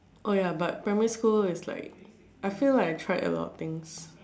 oh ya but primary school is like I feel like I tried a lot things